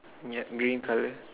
ya green colour